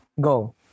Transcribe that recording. Go